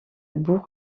bourg